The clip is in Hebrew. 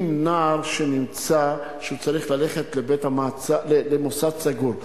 אם נער שנמצא שהוא צריך ללכת למוסד סגור,